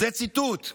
זה ציטוט: